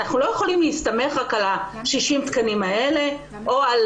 אנחנו לא יכולים להסתמך רק על ה-60 תקנים האלה או על